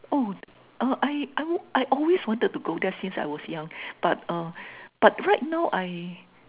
oh I I would I always wanted to go there since I was young but uh but right now I